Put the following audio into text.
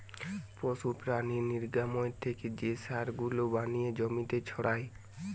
পশু প্রাণীর নির্গমন থেকে যে সার গুলা বানিয়ে জমিতে ছড়ায়